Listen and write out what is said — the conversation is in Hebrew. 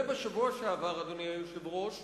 בשבוע שעבר, אדוני היושב-ראש,